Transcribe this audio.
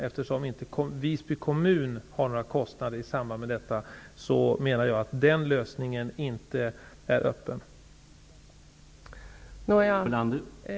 Eftersom Visby kommun inte har några kostnader i samband med detta är inte den lösningen öppen här.